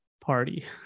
party